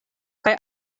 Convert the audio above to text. kaj